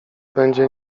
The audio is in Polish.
będzie